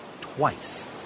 twice